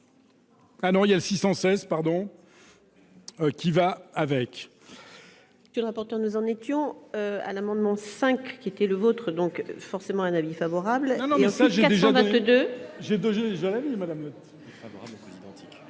Ah non, il y a 616 pardon. Qui va avec.